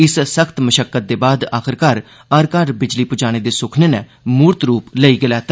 इस सख्त मुशक्कल दे बाद आखरकार हर घर बिजली पुजाने दे सुखने नै मूरत रूप लेई गै लेया